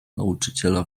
nauczyciela